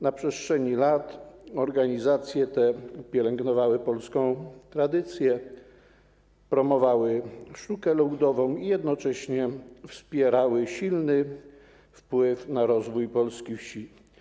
Na przestrzeni lat organizacje te pielęgnowały polską tradycję, promowały sztukę ludową i jednocześnie wywierały silny wpływ na rozwój polskiej wsi.